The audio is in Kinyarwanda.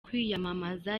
kwiyamamaza